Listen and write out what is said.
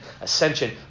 ascension